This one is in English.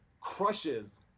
crushes